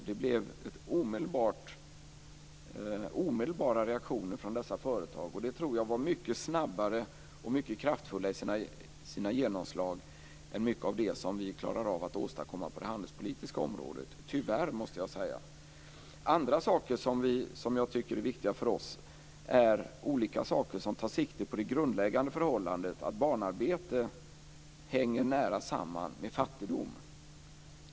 Det blev omedelbara reaktioner från dessa företag, och det tror jag fick ett mycket snabbare och kraftfullare genomslag än mycket av det som vi klarar av att åstadkomma på det handelspolitiska området - tyvärr måste jag säga. Andra saker som jag tycker är viktiga för oss är olika saker som tar sikte på det grundläggande förhållandet att barnarbete hänger nära samman med fattigdom.